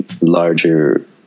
larger